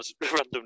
random